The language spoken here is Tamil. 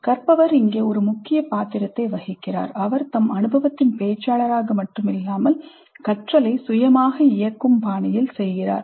கற்பவர் இங்கே ஒரு முக்கிய பாத்திரத்தை வகிக்கிறார் அவர் தம் அனுபவத்தின் பேச்சாளராக மட்டுமில்லாமல் கற்றலை சுயமாக இயக்கும் பாணியில் செய்கிறார்